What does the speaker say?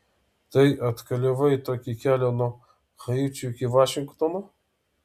tai atkeliavai tokį kelią nuo haičio iki vašingtono